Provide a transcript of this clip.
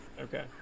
Okay